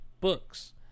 books